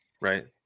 right